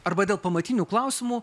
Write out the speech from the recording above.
arba dėl pamatinių klausimų